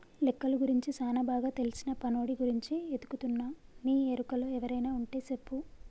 లెక్కలు గురించి సానా బాగా తెల్సిన పనోడి గురించి ఎతుకుతున్నా నీ ఎరుకలో ఎవరైనా వుంటే సెప్పు